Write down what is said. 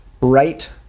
right